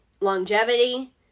longevity